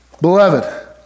beloved